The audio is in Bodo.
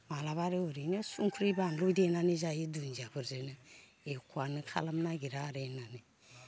माब्लाबा आरो एरैनो संख्रि बानलु देनानै जायो दुन्दियाफोरजोंनो एख'आनो खालामनो नागिरा ओरै होननानै